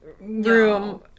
room